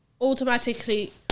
automatically